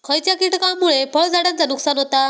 खयच्या किटकांमुळे फळझाडांचा नुकसान होता?